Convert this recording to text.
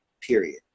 period